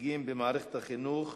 להישגים במערכת החינוך,